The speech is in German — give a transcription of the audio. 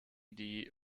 die